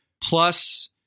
Plus